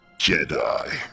Jedi